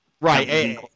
right